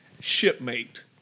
shipmate